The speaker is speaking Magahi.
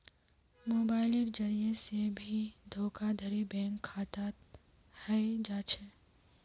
मोबाइलेर जरिये से भी धोखाधडी बैंक खातात हय जा छे